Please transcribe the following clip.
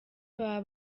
baba